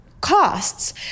costs